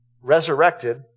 resurrected